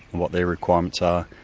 what their requirements are,